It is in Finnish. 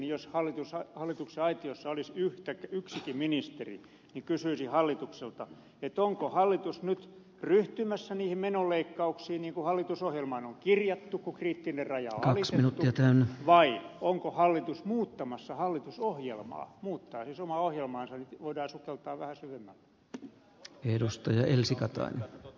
jos hallituksen aitiossa olisi yksikin ministeri niin kysyisin hallitukselta onko hallitus nyt ryhtymässä niihin menoleikkauksiin niin kuin hallitusohjelmaan on kirjattu kun kriittinen raja on alitettu vai onko hallitus muuttamassa hallitusohjelmaa muuttamassa siis omaa ohjelmaansa niin että voidaan sukeltaa vähän syvemmälle